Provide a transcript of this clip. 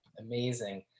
Amazing